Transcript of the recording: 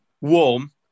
warm